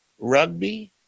Rugby